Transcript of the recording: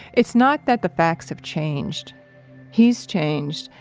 it's not that the facts have changed he's changed,